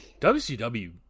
WCW